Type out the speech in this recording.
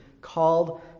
called